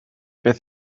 beth